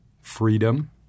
freedom